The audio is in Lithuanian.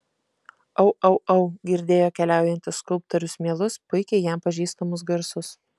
au au au girdėjo keliaujantis skulptorius mielus puikiai jam pažįstamus garsus